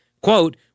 Quote